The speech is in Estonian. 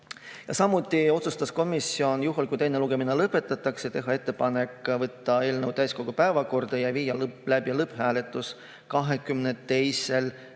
Samuti otsustas komisjon, et juhul, kui teine lugemine lõpetatakse, teha ettepanek võtta eelnõu täiskogu päevakorda ja viia läbi lõpphääletus 22.